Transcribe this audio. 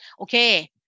Okay